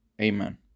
Amen